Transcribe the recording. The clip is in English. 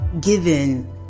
given